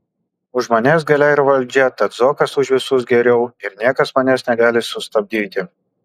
už manęs galia ir valdžia tad zuokas už visus geriau ir niekas manęs negali sustabdyti